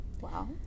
Wow